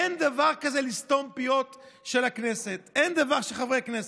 אין דבר כזה לסתום פיות של חברי הכנסת.